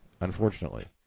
unfortunately